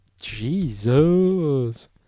Jesus